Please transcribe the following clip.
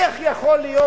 איך יכול להיות